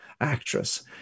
actress